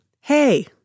hey